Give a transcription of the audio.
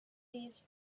these